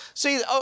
See